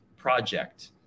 project